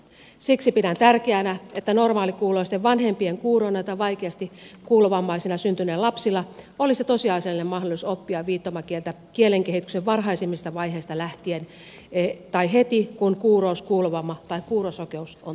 siksi pidän tärkeänä että normaalikuuloisten vanhempien kuuroina tai vaikeasti kuulovammaisina syntyneillä lapsilla olisi tosiasiallinen mahdollisuus oppia viittomakieltä kielen kehityksen varhaisimmista vaiheista lähtien tai heti kun kuurous kuulovamma tai kuurosokeus on todettu